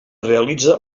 realitza